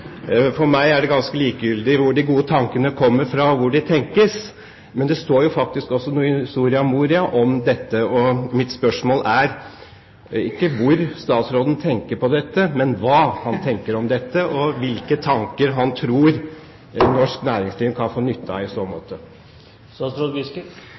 For meg er det ganske likegyldig hvor de gode tankene kommer fra, og hvor de tenkes, men det står faktisk også noe i Soria-Moria om dette. Mitt spørsmål er ikke hvor statsråden tenker på dette, men hva han tenker om dette, og hvilke tanker han tror et norsk næringsliv kan få nytte av i så